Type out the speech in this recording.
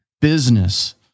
business